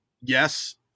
yes